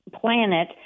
planet